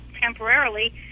temporarily